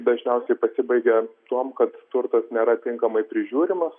dažniausiai pasibaigia tuom kad turtas nėra tinkamai prižiūrimas